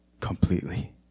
completely